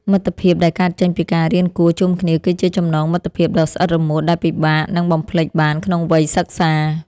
មិត្តភាពដែលកើតចេញពីការរៀនគួរជុំគ្នាគឺជាចំណងមិត្តភាពដ៏ស្អិតរមួតដែលពិបាកនឹងបំភ្លេចបានក្នុងវ័យសិក្សា។